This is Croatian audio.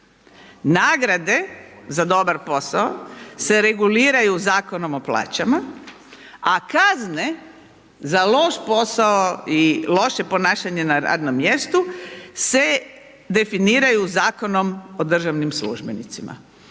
Nagrade, za dobar posao se reguliraju Zakonom o plaćama, a kazne za loš posao i loše ponašanje na radnom mjestu se definiraju Zakonom o državnim službenicima.